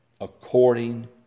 according